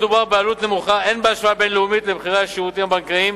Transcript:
מדובר בעלות נמוכה הן בהשוואה בין-לאומית למחירי השירותים הבנקאיים